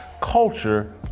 culture